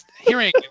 Hearing